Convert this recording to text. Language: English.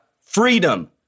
freedom